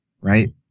right